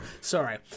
Sorry